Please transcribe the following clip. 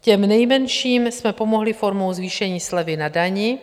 Těm nejmenším jsme pomohli formou zvýšení slevy na dani.